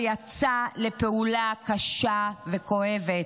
ויצא לפעולה קשה וכואבת.